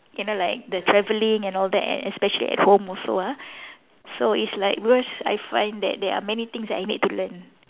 you know like the travelling and all that and especially at home also ah so it's like because I find that there are many things that I need to learn